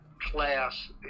class